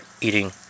eating